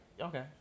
Okay